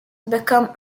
become